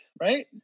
right